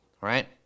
right